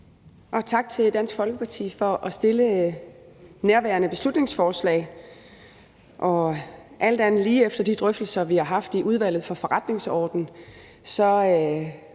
og tak til Dansk Folkeparti for at have fremsat nærværende beslutningsforslag. Alt andet lige, efter de drøftelser, vi har haft i Udvalget for Forretningsordenen,